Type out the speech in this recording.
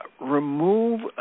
remove